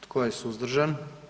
Tko je suzdržan?